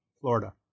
Florida